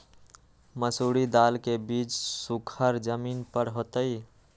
मसूरी दाल के बीज सुखर जमीन पर होतई?